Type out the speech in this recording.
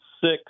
six